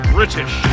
British